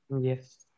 Yes